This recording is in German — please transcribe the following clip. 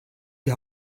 die